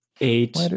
Eight